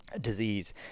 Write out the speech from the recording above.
disease